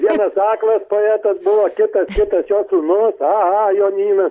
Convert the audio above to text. vienas aklas poetas buvo kitas kitas jo sūnus a a jonynas